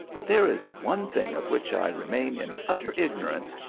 but there is one thing of which i remain in utter ignorance,